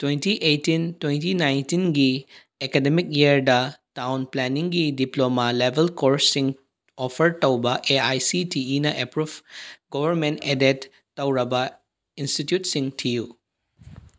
twenty eighteen twenty ꯅꯥꯏꯟꯇꯤꯟꯒꯤ academic ꯏꯌꯔꯗ town ꯄ꯭ꯂꯥꯅꯤꯡꯒꯤ ꯗꯤꯄ꯭ꯂꯣꯃꯥ ꯂꯦꯕꯦꯜ ꯀꯣꯔꯁꯁꯤꯡ ꯑꯣꯐꯔ ꯇꯧꯕ ꯑꯦ ꯑꯥꯏ ꯁꯤ ꯇꯤ ꯏꯤꯅ ꯑꯦꯄ꯭ꯔꯨꯞ ꯒꯣꯕꯔꯃꯦꯟ ꯑꯦꯗꯦꯠ ꯇꯧꯔꯕ ꯏꯟꯁꯇꯤꯇ꯭ꯌꯨꯠꯁꯤꯡ ꯊꯤꯌꯨ